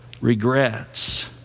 regrets